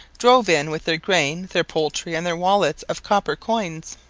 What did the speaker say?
drove in with their grain, their poultry, and their wallets of copper coins.